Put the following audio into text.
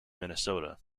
minnesota